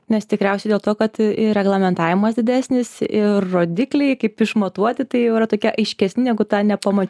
nes tikriausiai dėl to kad ir reglamentavimas didesnis ir rodikliai kaip išmatuoti tai tokia aiškesni negu ta nepama